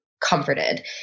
comforted